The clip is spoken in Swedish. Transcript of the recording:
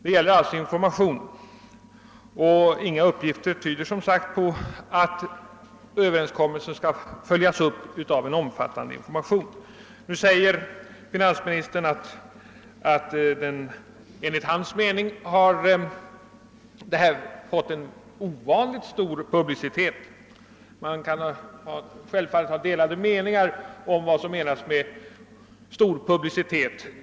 Det gäller alltså information, och inga uppgifter tyder som sagt på att överenskommelsen skall följas upp av en omfattande information. Nu säger finansministern ati frågan enligt hans mening fått en ovanligt stor publicitet. Man kan självfallet ha delade meningar om vad som menas med stor publicitet.